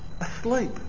asleep